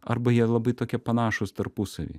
arba jie labai tokie panašūs tarpusavy